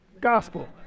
gospel